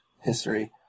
history